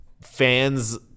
fans